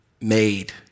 made